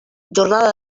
jornada